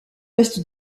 ouest